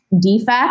defect